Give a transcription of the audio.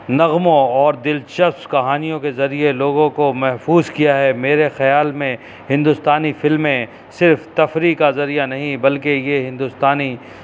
نغموں اور دلچسپ کہانیوں کے ذریعے لوگوں کو محفوظ کیا ہے میرے خیال میں ہندوستانی فلمیں صرف تفریح کا ذریعہ نہیں بلکہ یہ ہندوستانی